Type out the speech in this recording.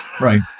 Right